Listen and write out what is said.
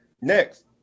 next